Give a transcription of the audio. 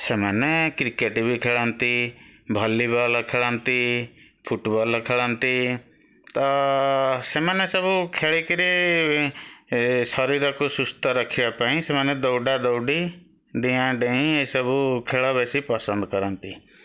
ସେମାନେ କ୍ରିକେଟ୍ ବି ଖେଳନ୍ତି ଭଲିବଲ୍ ଖେଳନ୍ତି ଫୁଟବଲ୍ ଖେଳନ୍ତି ତ ସେମାନେ ସବୁ ଖେଳି କରି ଶରୀରକୁ ସୁସ୍ଥ ରଖିବା ପାଇଁ ସେମାନେ ଦୌଡ଼ା ଦୌଡ଼ି ଡିଆଁ ଡ଼େଇଁ ଏସବୁ ଖେଳ ବେଶୀ ପସନ୍ଦ କରନ୍ତି